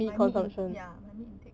my meat in~ ya my meat intake